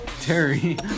Terry